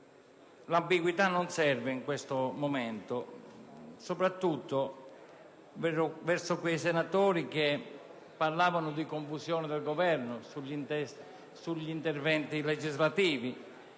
l'ambiguità non serve in questo momento. Mi riferisco soprattutto a quei senatori che parlavano di confusione del Governo negli interventi legislativi.